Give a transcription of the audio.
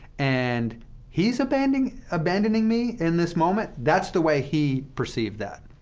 and he's abandoning abandoning me in this moment? that's the way he perceived that.